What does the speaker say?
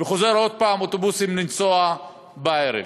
ועוד פעם חוזרים אוטובוסים לנסוע בערב.